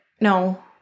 No